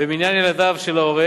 במניין ילדיו של ההורה.